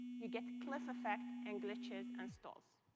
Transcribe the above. you get cliff effect, and glitches, and stalls.